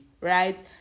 right